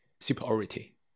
superiority